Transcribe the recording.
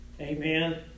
Amen